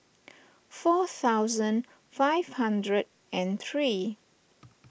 four thousand five hundred and three